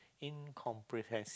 incomprehensive